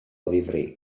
ddifrif